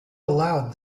aloud